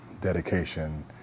dedication